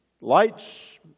lights